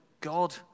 God